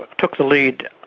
took the lead,